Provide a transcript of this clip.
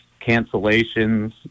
cancellations